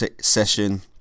session